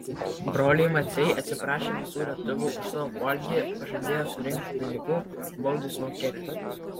broliai maciai atsiprašė visų lietuvių už savo poelgį pažadėjo surinkti pinigų baudai sumokėti